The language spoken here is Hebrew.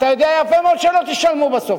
אתה יודע יפה מאוד שלא תשלמו בסוף,